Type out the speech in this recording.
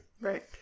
right